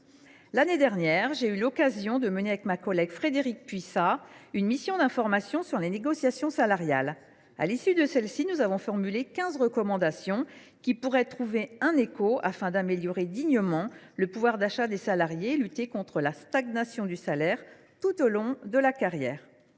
même avons eu l’occasion de mener une mission d’information sur les négociations salariales. À l’issue de celle ci, nous avons formulé quinze recommandations qui pourraient trouver un écho, afin d’améliorer dignement le pouvoir d’achat des salariés et de lutter contre la stagnation du salaire tout au long de la carrière.